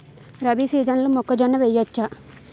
రబీ సీజన్లో మొక్కజొన్న వెయ్యచ్చా?